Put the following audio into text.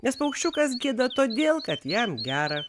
nes paukščiukas gėda todėl kad jam gera